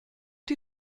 die